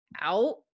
Out